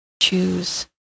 choose